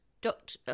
dot